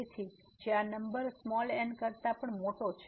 તેથી જે આ નંબર n કરતા પણ મોટો છે